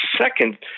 second